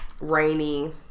rainy